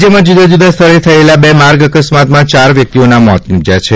રાજ્યમાં જુદા જુદા સ્થળે થયેલા બે માર્ગ અકસ્માતમાં ચાર વ્યક્તિઓના મોત નિપજયા છે